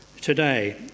today